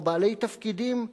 או בעלי תפקידים,